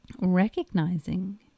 Recognizing